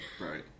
right